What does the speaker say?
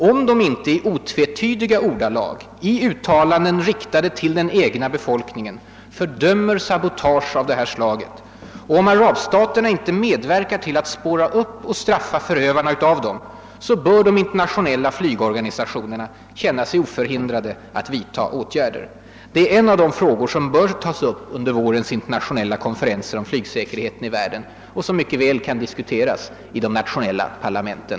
Om de inte i otvetydiga ordalag i uttalanden, riktade till den egna befolkningen, fördömer sabotage av detta slag och om arabstaterna inte medverkar till att spåra upp och straffa förövarna bör de internationella flygorganisationerna känna sig oförhindrade att vidtaga åtgärder. Det är en av de frågor som bör tas upp under vårens internationella konferenser om flygsäkerheten i världen. De kan mycket väl i förväg diskuteras i de nationella parlamenten.